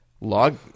Log